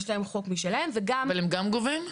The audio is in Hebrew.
יש להם חוק משלהם --- הם גם גובים?